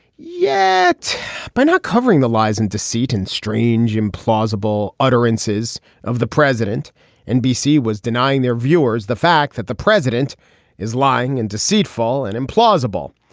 yet by not covering the lies and deceit and strange implausible utterances of the president nbc was denying their viewers the fact that the president is lying and deceitful and implausible.